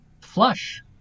flush